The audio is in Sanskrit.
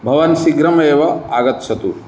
भवान् शीघ्रमेव आगच्छतु